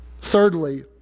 Thirdly